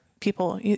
People